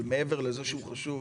אבל מעבר לזה שהוא חשוב,